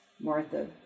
Martha